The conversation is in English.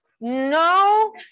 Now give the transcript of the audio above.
No